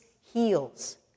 heals